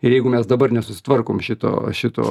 ir jeigu mes dabar nesusitvarkom šito šito